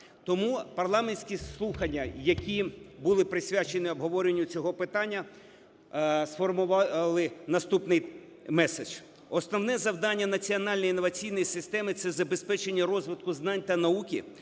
Тому парламентські слухання, які були присвячені обговоренню цього питання, сформували наступний меседж. Основне завдання національної інноваційної системи – це забезпечення розвитку знань та науки,